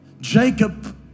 Jacob